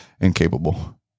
incapable